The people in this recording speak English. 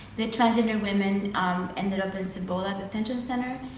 the transgender women ended up in cibola detention center.